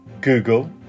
Google